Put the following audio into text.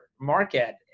market